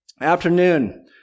afternoon